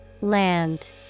Land